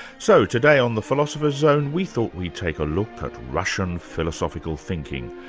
so today on the philosopher's zone, we thought we'd take a look at russian philosophical thinking,